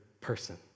person